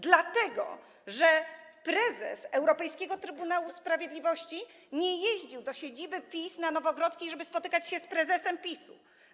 Dlatego że prezes europejskiego Trybunału Sprawiedliwości nie jeździł do siedziby PiS na Nowogrodzką, żeby spotykać się z prezesem PiS-u.